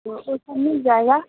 तो वो सब मिल जाएगा